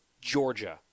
Georgia